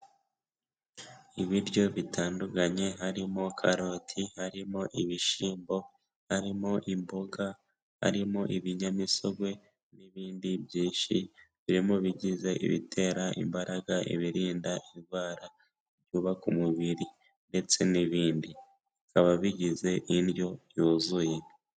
Ibiryo bitandukanye harimo karoti, harimo ibishimbo, harimo imboga, harimo ibinyamisogwe n'ibindi byinshi biri mu bigize ibitera imbaraga, ibirinda indwara, ibyubaka umubiri ndetse n'ibindi, bikaba bigize indyo yuzuye.